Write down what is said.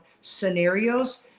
scenarios